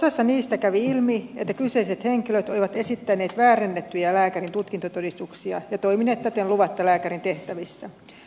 osassa niistä kävi ilmi että kyseiset henkilöt olivat esittäneet väärennettyjä lääkärin tutkintotodistuksia ja toimineet täten luvatta lääkärin tehtävissä